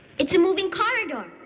it's a moving corridor.